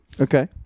Okay